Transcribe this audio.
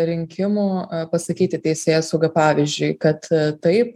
rinkimų pasakyti teisėsauga pavyzdžiui kad taip